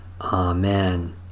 Amen